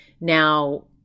Now